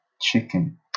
chicken